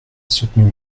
soutenu